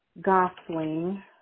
Gosling